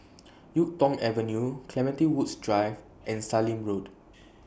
Yuk Tong Avenue Clementi Woods Drive and Sallim Road